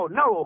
no